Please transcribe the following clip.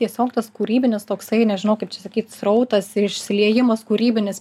tiesiog tas kūrybinis toksai nežinau kaip čia sakyt srautas ir išsiliejimas kūrybinis